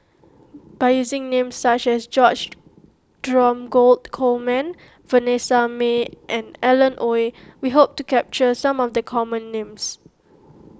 by using names such as George Dromgold Coleman Vanessa Mae and Alan Oei we hope to capture some of the common names